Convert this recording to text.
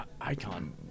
Icon